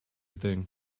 thing